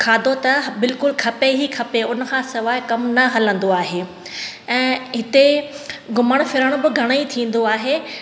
खाधो त बिल्कुलु खपे ई खपे उन खां सवाइ कमु न हलंदो आहे ऐं हिते घुमण फिरण जो बि घणेई थींदो आहे